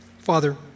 Father